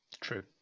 True